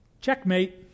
checkmate